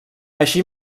així